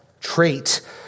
trait